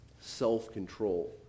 Self-control